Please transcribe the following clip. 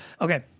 Okay